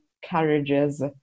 carriages